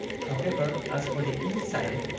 however, as for the inside,